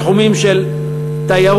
בתחומים של תיירות,